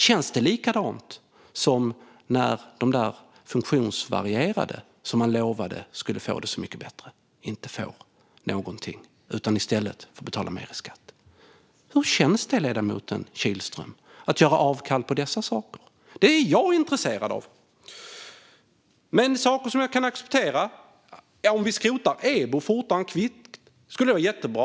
Känns det likadant som när de där funktionsvarierade som man lovade skulle få det så mycket bättre inte får någonting utan i stället får betala mer i skatt? Hur känns det, ledamoten Kihlström, att göra avkall på dessa saker? Det är jag intresserad av. Jag ska nämna några saker som jag kan acceptera. Om EBO skrotades fortare än kvickt skulle det vara jättebra.